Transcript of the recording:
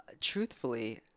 truthfully